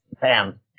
bam